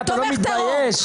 תומך טרור.